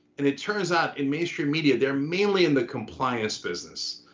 and it turns out in mainstream media, they're mainly in the compliance business.